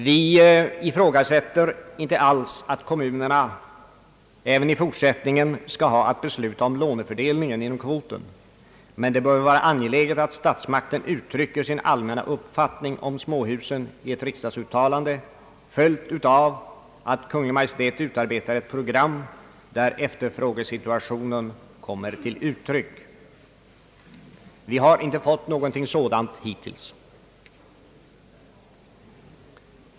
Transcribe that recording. Vi ifrågasätter inte alls lämpligheten av att kommunerna också i fortsättningen skall ha att besluta om lånefördelningen inom kvoten, men det bör vara angeläget att statsmakten uttrycker sin allmänna uppfattning om småhusen i ett riksdagsuttalande, följt utav att Kungl. Maj:t utarbetar ett program där efterfrågesituationen kommer till uttryck. Vi har inte fått någonting sådant hittills.